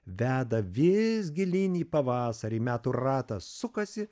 veda vis gilyn į pavasarį metų ratas sukasi